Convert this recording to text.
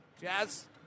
Jazz